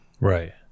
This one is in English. Right